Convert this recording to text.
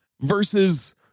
versus